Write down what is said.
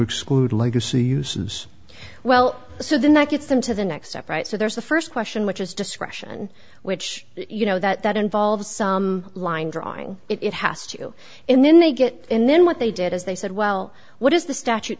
exclude legacy uses well so then that gets them to the next step right so there's the st question which is discretion which you know that involves some line drawing it has to in then they get in then what they did is they said well what is the statute